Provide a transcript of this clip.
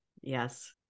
Yes